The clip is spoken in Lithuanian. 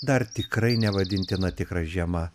dar tikrai nevadintina tikra žiema